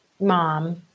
mom